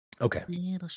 okay